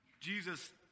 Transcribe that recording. Jesus